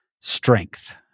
strength